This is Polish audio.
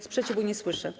Sprzeciwu nie słyszę.